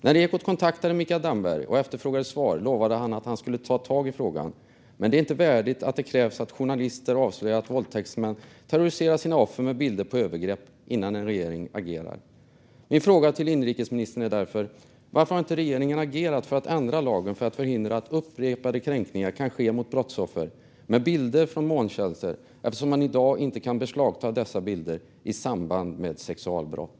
När Eko t kontaktade Mikael Damberg och efterfrågade svar lovade han att han skulle ta tag i frågan. Det är dock inte värdigt att det krävs att journalister avslöjar att våldtäktsmän terroriserar sina offer med bilder på övergrepp innan en regering agerar. Min fråga till inrikesministern är därför: Varför har inte regeringen agerat för att ändra lagen för att förhindra att upprepade kränkningar kan ske mot brottsoffer med bilder från molntjänster, som man i dag inte kan beslagta i samband med sexualbrott?